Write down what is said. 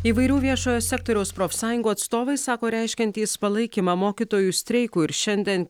įvairių viešojo sektoriaus profsąjungų atstovai sako reiškiantys palaikymą mokytojų streikui ir šiandien